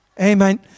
Amen